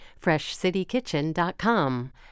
FreshCityKitchen.com